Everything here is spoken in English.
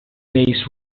days